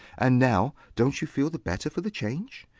and now, don't you feel the better for the change?